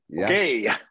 okay